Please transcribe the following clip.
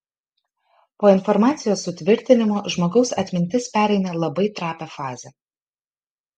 po informacijos sutvirtinimo žmogaus atmintis pereina labai trapią fazę